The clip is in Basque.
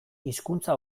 hizkuntza